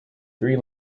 three